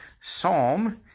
psalm